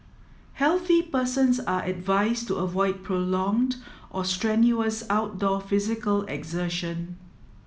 healthy persons are advised to avoid prolonged or strenuous outdoor physical exertion